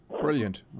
Brilliant